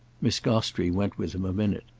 miss gostrey went with him a minute.